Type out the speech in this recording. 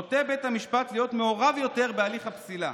נוטה בית המשפט להיות מעורב יותר בהליך הפסילה.